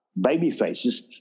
babyfaces